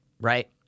right